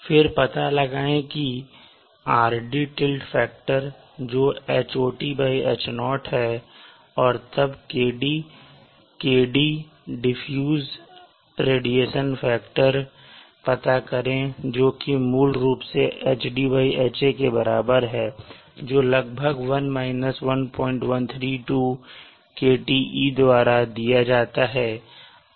फिर पता लगाएँ कि Rd टिल्ट फ़ैक्टर जो HotH0 हैऔर तब kd डिफ्यूज्ड रेडिएशन फैक्टर पता करें जो कि मूल रूप से HdHa के बराबर है और जो लगभग 1 1132kte द्वारा दिया जाता है